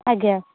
ଆଜ୍ଞା